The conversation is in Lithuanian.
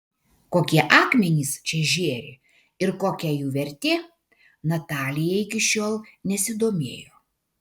kokie akmenys čia žėri ir kokia jų vertė natalija iki šiol nesidomėjo